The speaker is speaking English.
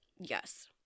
Yes